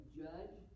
judge